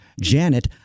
Janet